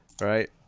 right